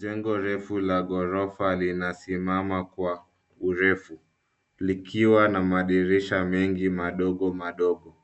Jengo refu la ghorofa linasimama kwa urefu, likiwa na madirisha mengi madogo madogo.